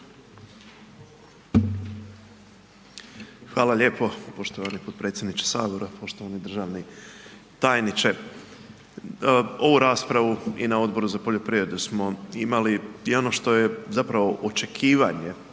Hvala lijepo. Poštovani potpredsjedniče Sabora, poštovani državni tajniče. Ovu raspravu i na Odboru za poljoprivredu smo imali i ono što je očekivanje